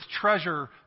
treasure